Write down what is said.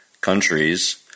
countries –